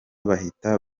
bahita